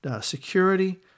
security